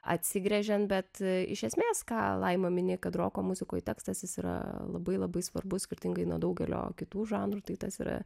atsigręžian bet iš esmės ką laima mini kad roko muzikoj tekstas jis yra labai labai svarbus skirtingai nuo daugelio kitų žanrų tai tas yra